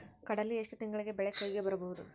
ಕಡಲಿ ಎಷ್ಟು ತಿಂಗಳಿಗೆ ಬೆಳೆ ಕೈಗೆ ಬರಬಹುದು?